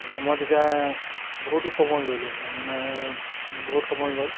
মই তেতিয়া বহুতো সময় ল'লোঁ আপোনাৰ বহুত সময় গ'ল